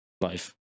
life